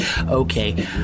okay